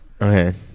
Okay